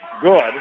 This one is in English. good